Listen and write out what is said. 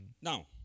Now